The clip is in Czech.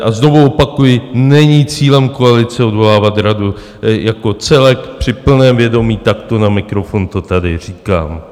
A znovu opakuji, není cílem koalice odvolávat radu jako celek, při plném vědomí takto na mikrofon to tady říkám.